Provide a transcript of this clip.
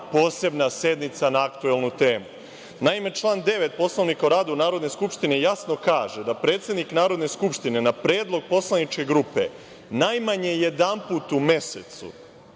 posebna sednica na aktuelnu temu? Naime, član 9. Poslovnika o radu Narodne skupštine jasno kaže da predsednik Narodne skupštine na predlog poslaničke grupe najmanje jedanput u mesecu